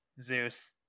Zeus